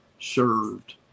served